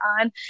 on